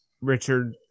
Richard